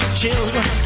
children